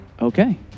Okay